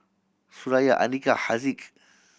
Suraya Andika Haziq